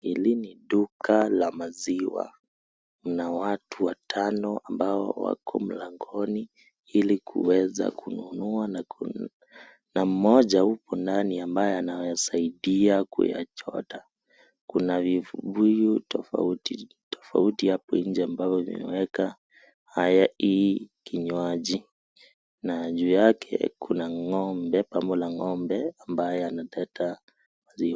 Hili ni duka la maziwa, lina watu watano ambao wako mlangoni hili waweze dkununua. kuna mmoja huku ndani ambaye anawasaidia kuyachota ,kuna vibuyu tofautitofauti hapo nje ambavyo vimeweka vinywaji na juu yake kuna ngombe bango la ngome ambaye anateka maziwa.